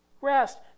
rest